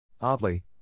Oddly